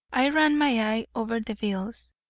i ran my eye over the bills,